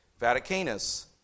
Vaticanus